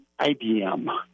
IBM